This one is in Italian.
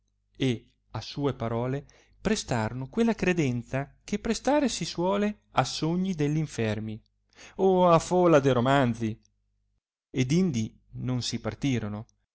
e a sue parole prestarono quella credenza che prestare si suole a sogni degli infermi o a fola de romanzi ed indi non si partirono